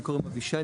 לי קוראים אבישי,